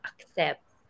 accept